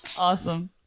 Awesome